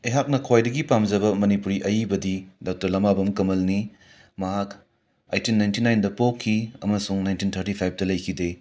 ꯑꯩꯍꯥꯛꯅ ꯈ꯭ꯋꯥꯏꯗꯒꯤ ꯄꯥꯝꯖꯕ ꯃꯅꯤꯄꯨꯔꯤ ꯑꯏꯕꯗꯤ ꯗꯥꯛꯇꯔ ꯂꯃꯥꯕꯝ ꯀꯃꯜꯅꯤ ꯃꯍꯥꯛ ꯑꯩꯇꯤꯟ ꯅꯥꯏꯟꯇꯤ ꯅꯥꯏꯟꯗ ꯄꯣꯛꯈꯤ ꯑꯃꯁꯨꯡ ꯅꯥꯏꯟꯇꯤꯟ ꯊꯔꯇꯤ ꯐꯥꯏꯞꯇ ꯂꯩꯈꯤꯗꯦ